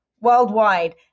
worldwide